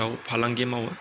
दाउ फालांगि मावो